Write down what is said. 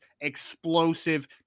explosive